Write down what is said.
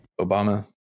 Obama